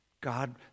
God